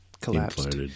collapsed